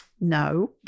no